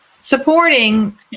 supporting